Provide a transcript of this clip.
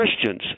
Christians